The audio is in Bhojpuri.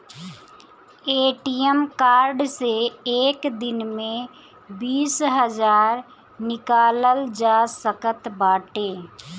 ए.टी.एम कार्ड से एक दिन में बीस हजार निकालल जा सकत बाटे